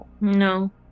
No